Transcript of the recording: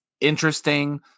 interesting